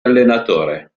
allenatore